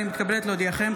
אני מתכבדת להודיעכם,